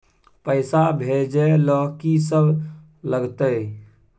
पैसा भेजै ल की सब लगतै?